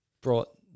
brought